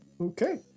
Okay